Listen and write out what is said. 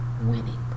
winning